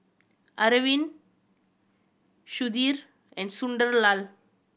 Arvind Sudhir and Sunderlal